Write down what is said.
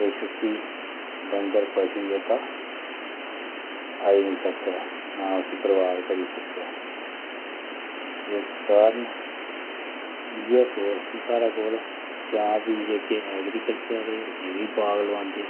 किश उसी डंगर पशु जेह्का आई निं सकै जां उसी बरबाद निं करी सकै इस कारण इयै सोर्स न साढ़े कोल जां भी जेह्के एग्रीकल्चर आह्ले एह्बी बाग लोआंदे